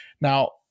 Now